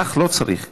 לך לא צריך קריאות.